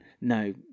no